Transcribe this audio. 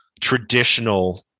traditional